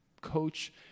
coach